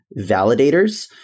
validators